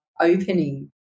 opening